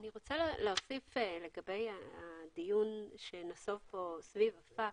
רוצה להוסיף לדיון לגבי הפקס.